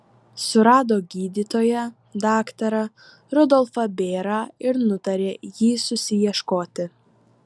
surado gydytoją daktarą rudolfą bėrą ir nutarė jį susiieškoti